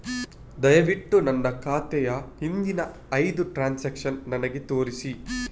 ದಯವಿಟ್ಟು ನನ್ನ ಖಾತೆಯ ಹಿಂದಿನ ಐದು ಟ್ರಾನ್ಸಾಕ್ಷನ್ಸ್ ನನಗೆ ತೋರಿಸಿ